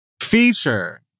feature